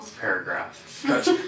paragraph